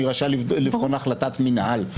אני רשאי לבחון החלטת מינהל.